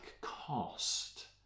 cost